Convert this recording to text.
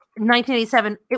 1987